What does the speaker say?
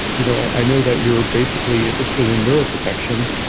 you know i know that you're basically interested in neuroprotection.